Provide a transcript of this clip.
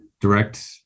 direct